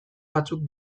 batzuk